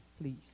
Please